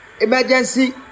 emergency